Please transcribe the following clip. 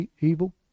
evil